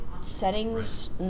settings